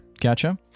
Gotcha